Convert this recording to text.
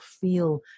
feel